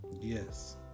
Yes